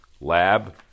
lab